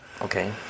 Okay